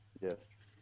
yes